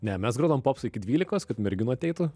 ne mes grodavom popsą iki dvylikos kad merginų ateitų